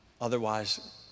otherwise